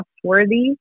trustworthy